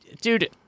dude